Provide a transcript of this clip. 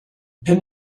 pin